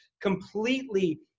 completely